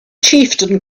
chieftain